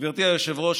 גברתי היושבת-ראש,